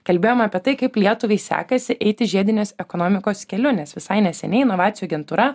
kalbėjome apie tai kaip lietuvai sekasi eiti žiedinės ekonomikos keliu nes visai neseniai inovacijų agentūra